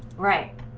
right.